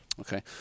Okay